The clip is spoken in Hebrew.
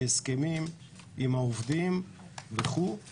מהסכמים עם העובדים וכו'.